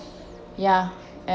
ya